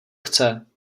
chce